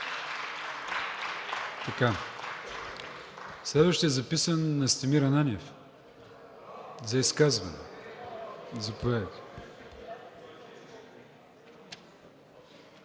Следващият записан е Настимир Ананиев за изказване.